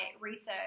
research